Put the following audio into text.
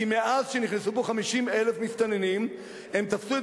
כי מאז נכנסו פה 50,000 מסתננים הם תפסו את